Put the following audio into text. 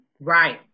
Right